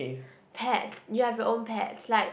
pets you have your own pets like